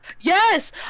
Yes